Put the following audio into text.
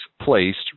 placed